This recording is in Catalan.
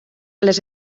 les